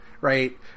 right